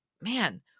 man